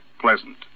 pleasant